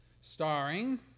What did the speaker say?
starring